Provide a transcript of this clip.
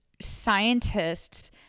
scientists